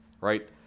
Right